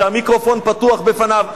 שהמיקרופון פתוח בפניו,